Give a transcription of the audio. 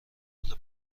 حال